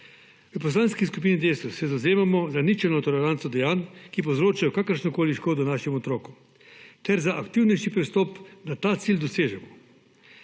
V Poslanski skupini Desus se zavzemamo za ničelno toleranco dejanj, ki povzročajo kakršnokoli škodo našim otrokom, ter za aktivnejši pristop, da ta cilj dosežemo.